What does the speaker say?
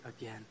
again